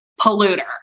polluter